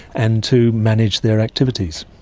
and to manage their activities.